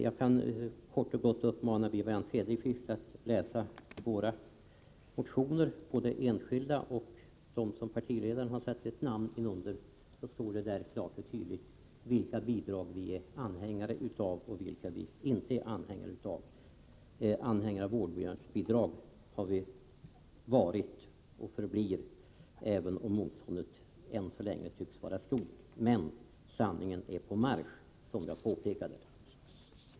Jag kan kort och gott uppmana Wivi-Anne Cederqvist att läsa våra motioner, både de enskilda och dem som partiledaren har satt sitt namn under. Där står klart och tydligt vilka bidrag som vi är anhängare av och vilka vi inte är anhängare av. Anhängare av vårdnadsbidrag har vi varit och förblir vi, även om motståndet än så länge tycks vara stort. Sanningen är på marsch, som jag påpekade.